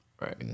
Right